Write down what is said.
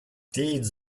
deeds